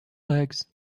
legs